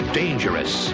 dangerous